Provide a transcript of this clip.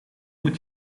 moet